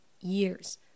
years